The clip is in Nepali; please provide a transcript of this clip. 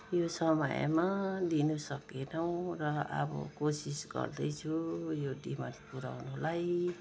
यो समयमा दिनसकेनौँ र अब कोसिस गर्दैछु यो डिमान्ड पुर्याउनुलाई